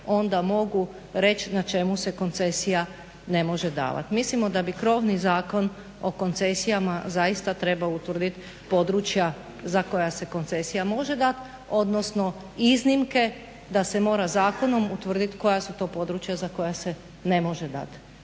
onda mogu reći na čemu se koncesija ne može davati. Mislimo da bi krovni Zakon o koncesijama zaista trebao utvrdit područja za koja se koncesija može dati, odnosno iznimke da se mora zakonom utvrditi koja su to područja za koja se ne može dati